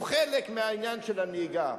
הוא חלק מהעניין של הנהיגה,